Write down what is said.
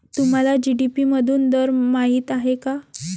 तुम्हाला जी.डी.पी मधून दर माहित आहे का?